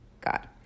god